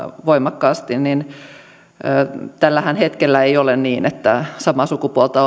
voimakkaasti tällä hetkellähän ei ole niin että samaa sukupuolta